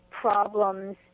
problems